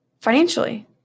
financially